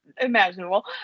imaginable